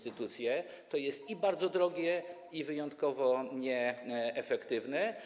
To jest i bardzo drogie, i wyjątkowo nieefektywne.